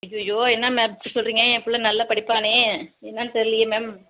ஐயய்யோ என்ன மேம் இப்படி சொல்கிறீங்க என் பிள்ள நல்லா படிப்பானே என்னென்னு தெரியலயே மேம்